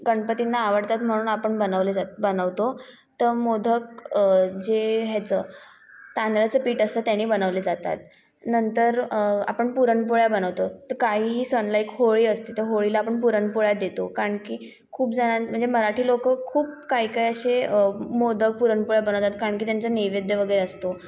गणपतींना आवडतात म्हणून आपण बनवले जात् बनवतो तर मोदक जे ह्याचं तांदळाचं पीठ असतं त्याने बनवले जातात नंतर आपण पुरणपोळ्या बनवतो तर काहीही सण लाइक होळी असते तर होळीला आपण पुरणपोळ्याच देतो कारण की खूप जणांना म्हणजे मराठी लोकं खूप काही काही असे मोदक पुरणपोळ्या बनवतात कारण की त्यांचा नैवेद्य वगैरे असतो